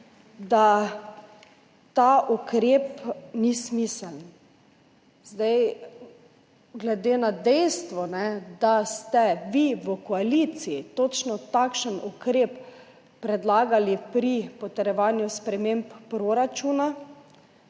da ta ukrep ni smiseln. Glede na dejstvo, da ste vi v koaliciji točno takšen ukrep predlagali pri potrjevanju sprememb proračuna